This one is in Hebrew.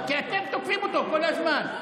כי אתם תוקפים אותו כל הזמן.